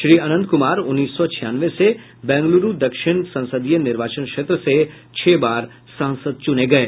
श्री अनंत कुमार उन्नीस सौ छियानवे से बेंगलुरु दक्षिण संसदीय निर्वाचन क्षेत्र से छह बार सांसद चुने गये